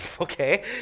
Okay